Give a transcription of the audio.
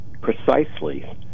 precisely